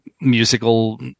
musical